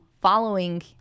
following –